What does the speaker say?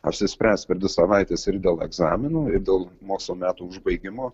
apsispręst per dvi savaites ir dėl egzaminų ir dėl mokslo metų užbaigimo